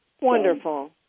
Wonderful